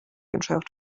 entschärft